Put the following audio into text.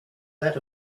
that